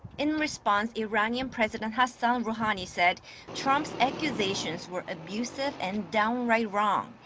in response, iranian president hassan rouhani said trump's accusations were abusive and downright wrong.